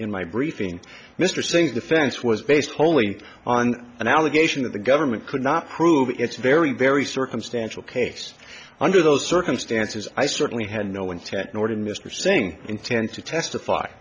in my briefing mr singh's defense was based only on an allegation that the government could not prove its very very circumstantial case under those circumstances i certainly had no intent nor did mr singh intend to testify